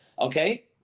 Okay